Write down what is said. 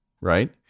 Right